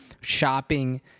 shopping